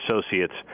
associates